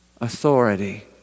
authority